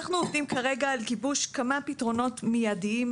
אנחנו עובדים כרגע על גיבוש כמה פתרונות מידיים